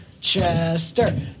chester